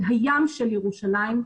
הים של ירושלים.